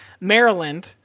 Maryland